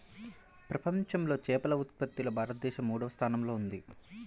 ప్రపంచంలో చేపల ఉత్పత్తిలో భారతదేశం మూడవ స్థానంలో ఉంది